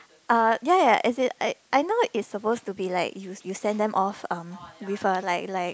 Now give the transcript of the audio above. uh ya ya as in I I know it's supposed to be like you you send them off um with a like like